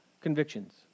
convictions